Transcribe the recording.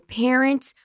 parents